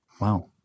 Wow